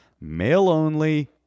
male-only